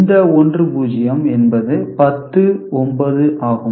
இந்த 1 0 என்பது 10 9 ஆகும்